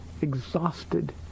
exhausted